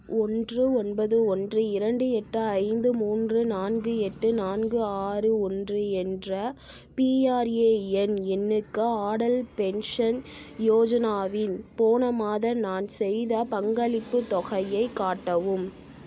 ஓன்று ஒன்பது ஓன்று இரண்டு எட்டு ஐந்து மூன்று நான்கு எட்டு நான்கு ஆறு ஓன்று என்ற பிஆர்ஏஎன் எண்ணுக்கு ஆடல் பென்ஷன் யோஜனாவில் போன மாதம் நான் செய்த பங்களிப்புத் தொகையைக் காட்டவும்